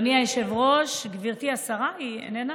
אני כאן.